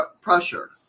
pressure